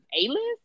A-list